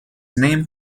name